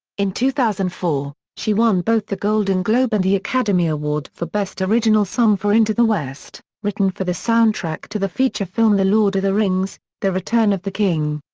in two thousand and four, she won both the golden globe and the academy award for best original song for into the west, written for the soundtrack to the feature film the lord of the rings the return of the king.